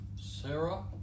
Sarah